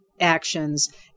actions